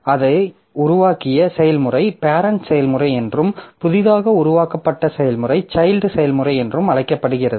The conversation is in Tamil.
அதை உருவாக்கிய செயல்முறை பேரெண்ட் செயல்முறை என்றும் புதிதாக உருவாக்கப்பட்ட செயல்முறை சைல்ட் செயல்முறை என்றும் அழைக்கப்படுகிறது